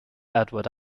edward